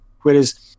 Whereas